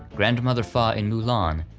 grandmother fa in mulan,